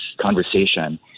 conversation